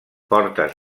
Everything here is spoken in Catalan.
portes